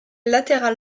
latéral